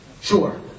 sure